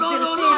גברתי,